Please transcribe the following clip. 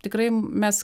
tikrai mes